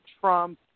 Trump